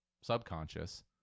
subconscious